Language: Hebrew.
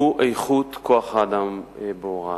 הוא איכות כוח האדם בהוראה.